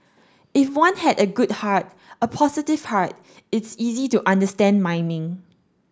if one had a good heart a positive heart it's easy to understand mining